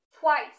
Twice